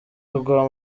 agwa